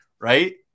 right